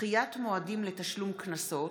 (דחיית מועדים לתשלום קנסות)